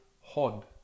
Hod